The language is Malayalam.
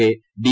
K D